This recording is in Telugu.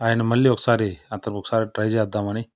ఆయన మళ్ళీ ఓకసారి అతనొకసారి ట్రై చేద్దామని